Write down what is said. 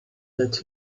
that